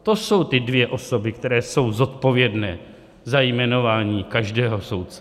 To jsou ty dvě osoby, které jsou zodpovědné za jmenování každého soudce.